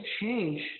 change